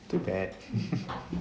too bad